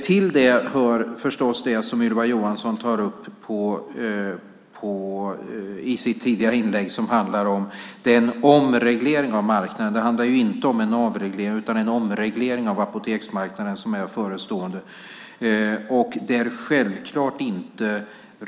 Till det hör det som Ylva Johansson tar upp i sitt tidigare inlägg om den omreglering av marknaden - det handlar inte om en avreglering utan en omreglering av apoteksmarknaden - som är förestående.